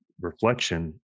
reflection